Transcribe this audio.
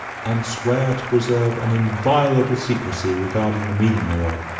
and swear to preserve an inviolable secrecy regarding the meaning thereof.